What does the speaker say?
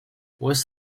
west